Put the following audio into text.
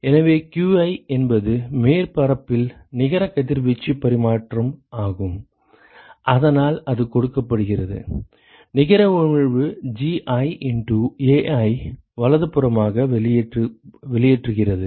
எனவே qi என்பது மேற்பரப்பில் நிகர கதிர்வீச்சு பரிமாற்றம் ஆகும் அதனால் அது கொடுக்கப்படுகிறது நிகர உமிழ்வு Gi இண்டு Ai வலதுபுறமாக வெளியேற்றுகிறது